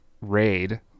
raid